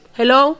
Hello